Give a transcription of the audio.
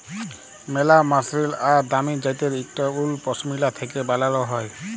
ম্যালা মসরিল আর দামি জ্যাত্যের ইকট উল পশমিলা থ্যাকে বালাল হ্যয়